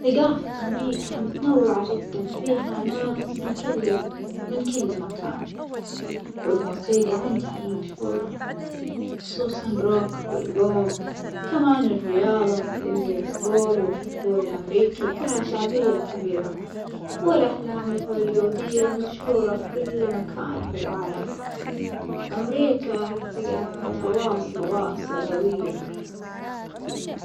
ثجافة أمريكا متنوعة جدَا فيها ناس من كل ال من كل مكان والموسيجى عندهم مشهورة خصوصًا الروك والبوب، كمان الرياظة مثل البيسبول والفوتبول الأمريكي لها شعبية كبيرة، والأفلام الهوليودية مشهورة في كل مكان في العالم، أمريكا ثجافتها واصلة واصلة جوية.